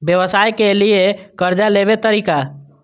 व्यवसाय के लियै कर्जा लेबे तरीका?